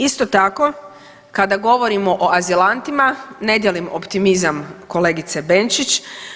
Isto tako, kad govorimo o azilantima ne dijelim optimizam kolegice Benčić.